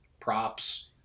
props